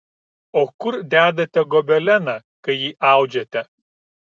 o kur dedate gobeleną kai jį audžiate